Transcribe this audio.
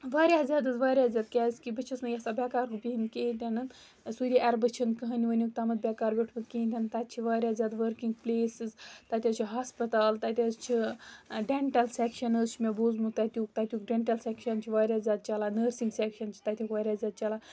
واریاہ زیادٕ حظ واریاہ زیادٕ کیٛازِکہِ بہٕ چھَس نہٕ یَژھان بیکار بِہِنۍ کِہیٖنٛۍ تہِ نہٕ سعوٗدی عربَس چھُنہٕ کٕہٕنٛۍ وُنیُکتامَتھ بیکار بیٛوٗٹھمُت کِہیٖنٛۍ تہِ نہٕ تَتہِ چھِ واریاہ زیادٕ ؤرکِنٛگ پُلیسٕز تتہِ حظ چھِ ہَسپَتال تَتہِ حظ چھِ ڈینٹَل سیٚکشَن حظ چھُ مےٚ بوٗزمُت تَتیُک تَتیُک ڈینٹَل سیٚکشَن چھِ واریاہ زیادٕ چَلان نٔرسِنٛگ سیٚکشَن چھِ تَتیُک واریاہ زیادٕ چَلان